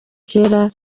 kera